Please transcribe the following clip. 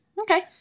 Okay